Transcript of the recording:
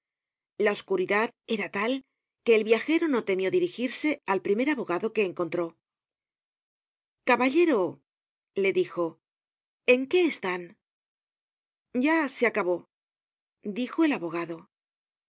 la oscuridad era tal que el viajero no temió dirigirse al primer abogado que encontró caballero le dijo en qué están ya se acabó dijo el abogado